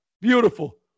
beautiful